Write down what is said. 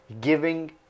giving